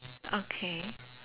okay